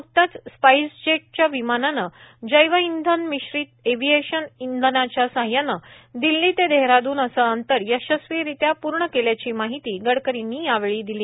न्कतेच स्पाईसजेटच्या विमानाने जैवइंधन मिश्रीत एव्हिएशन इंधनाच्या साहायाने दिल्ली ते देहरादून असे अंतर यशस्वीरित्या पूर्ण केल्याची माहिती गडकरींनी यावेळी दिली